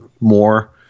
more